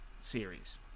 series